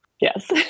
Yes